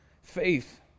faith